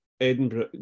Edinburgh